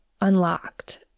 unlocked